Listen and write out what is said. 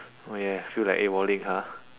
oh ya ya feel like AWOLing ah